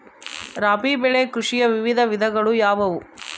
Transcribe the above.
ರಾಬಿ ಬೆಳೆ ಕೃಷಿಯ ವಿವಿಧ ವಿಧಗಳು ಯಾವುವು?